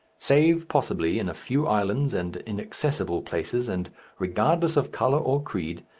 save, possibly, in a few islands and inaccessible places and regardless of colour or creed,